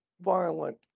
violent